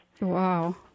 Wow